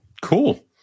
Cool